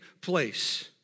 place